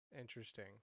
Interesting